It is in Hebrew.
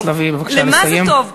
למה זה טוב?